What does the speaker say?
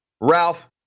Ralph